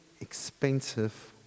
expensive